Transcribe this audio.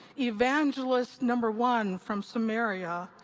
evangelist number one from samaria,